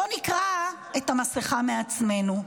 בוא נקרע את המסכה מעצמנו.